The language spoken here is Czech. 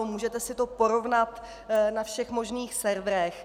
Můžete si to porovnat na všech možných serverech.